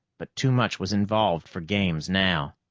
but too much was involved for games now.